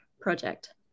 project